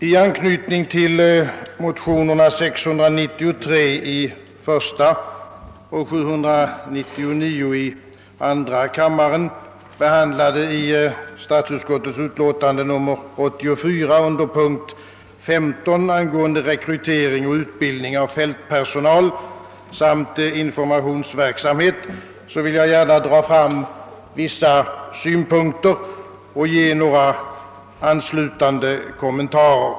I anknytning till motionerna I: 693 och II: 799, behandlade i statsutskottets utlåtande nr 84 under punkten 15, Rekrytering och utbildning av fältpersonal samt informationsverksamhet, vill jag gärna dra fram vissa synpunkter och göra några anslutande kommentarer.